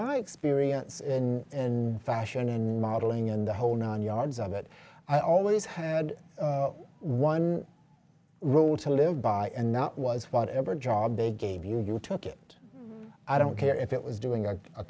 my experience in fashion and modeling and the whole nine yards of it i always had one rule to live by and that was whatever job they gave you took it i don't care if it was doing a